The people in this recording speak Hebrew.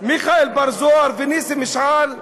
מיכאל בר-זוהר וניסים משעל,